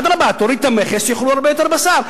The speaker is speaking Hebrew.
אדרבה, תוריד את המכס, יאכלו הרבה יותר בשר.